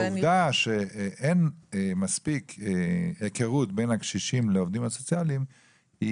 אבל העובדה היא שאין מספיק היכרות בין העובדים הסוציאליים לקשישים,